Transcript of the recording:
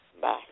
Bye